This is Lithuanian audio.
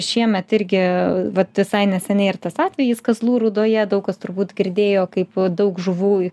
šiemet irgi vat visai neseniai ir tas atvejis kazlų rūdoje daug kas turbūt girdėjo kaip daug žuvų